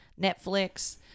Netflix